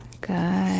Good